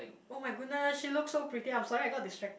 [oh]-my-goodness she looks so pretty I'm sorry I got distracted